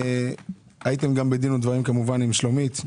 הייתם בדין ודברים עם שלומית.